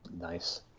Nice